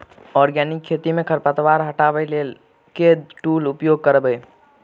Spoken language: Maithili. आर्गेनिक खेती मे खरपतवार हटाबै लेल केँ टूल उपयोग करबै?